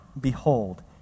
behold